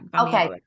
Okay